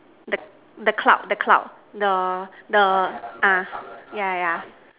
the the cloud the cloud the the ah yeah yeah yeah